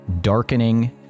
darkening